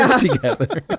together